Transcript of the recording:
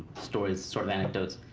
stories, sort of anecdotes,